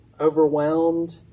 overwhelmed